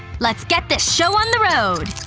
let's get this show on the road.